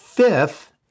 Fifth